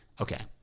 Okay